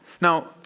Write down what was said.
Now